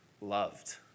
loved